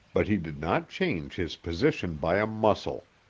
but he did not change his position by a muscle,